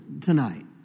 tonight